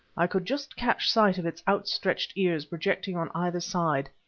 i could just catch sight of its outstretched ears projecting on either side.